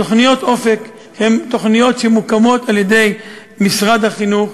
תוכניות "אופק" הן תוכניות שמוקמות על-ידי משרד החינוך.